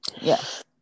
yes